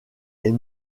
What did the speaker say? est